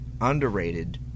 underrated